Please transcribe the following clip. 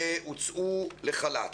שהוצאו לחל"ת.